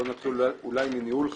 בוא נתחיל מניהול חשבון.